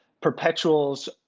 perpetuals